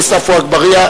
חבר הכנסת עפו אגבאריה.